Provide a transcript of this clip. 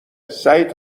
سعید